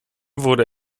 wurde